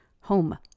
home